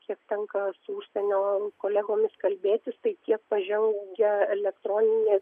kiek tenka su užsienio kolegomis kalbėtis tai tiek pažengę elektroninėje